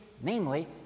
namely